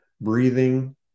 breathing